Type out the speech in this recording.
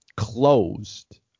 closed